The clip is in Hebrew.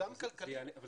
זה